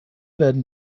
werden